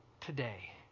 today